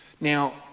Now